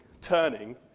Turning